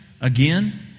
again